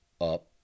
up